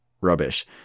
rubbish